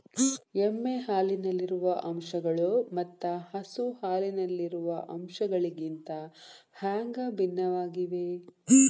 ಎಮ್ಮೆ ಹಾಲಿನಲ್ಲಿರುವ ಅಂಶಗಳು ಮತ್ತ ಹಸು ಹಾಲಿನಲ್ಲಿರುವ ಅಂಶಗಳಿಗಿಂತ ಹ್ಯಾಂಗ ಭಿನ್ನವಾಗಿವೆ?